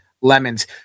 lemons